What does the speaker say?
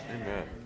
Amen